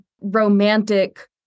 romantic